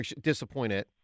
Disappointed